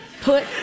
put